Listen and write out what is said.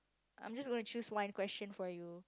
I'm just gonna choose one question for you